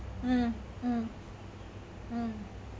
mm mm mm